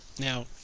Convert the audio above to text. Now